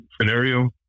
scenario